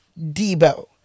Debo